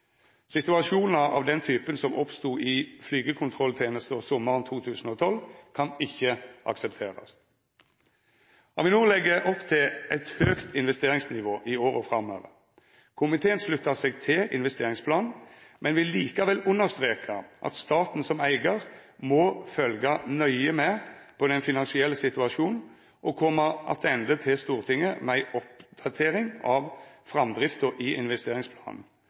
Situasjonar av den typen som oppstod i flygekontrolltenesta sommaren 2012, kan ikkje aksepterast. Avinor legg opp til eit høgt investeringsnivå i åra framover. Komiteen sluttar seg til investeringsplanen, men vil likevel understreka at staten som eigar må følgja nøye med på den finansielle situasjonen og koma attende til Stortinget med ei oppdatering av framdrifta i investeringsplanen